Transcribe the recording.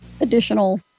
additional